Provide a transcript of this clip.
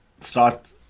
start